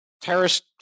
terrorist